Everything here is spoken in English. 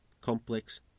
complex